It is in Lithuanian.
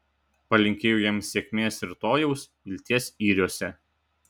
palinkėjau jam sėkmės rytojaus vilties yriuose